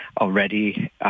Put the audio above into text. already